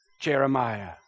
Jeremiah